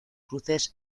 cruces